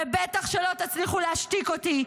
ובטח שלא תצליחו להשתיק אותי,